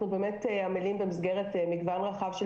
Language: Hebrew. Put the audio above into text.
אנחנו באמת עמלים במסגרת מגוון רחב של